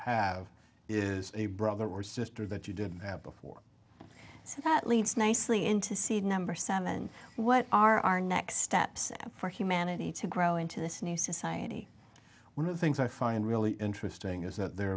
have is a brother or sister that you didn't have before so that leads nicely into seed number seven what are our next steps for humanity to grow into this new society one of the things i find really interesting is that there